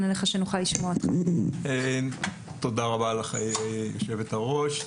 תודה רבה לך, יושבת-הראש.